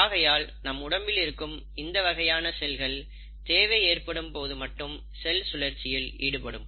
ஆகையால் நம் உடம்பில் இருக்கும் இந்த வகையான செல்கள் தேவை ஏற்படும் போது மட்டும் செல் சுழற்சியில் ஈடுபடும்